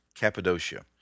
Cappadocia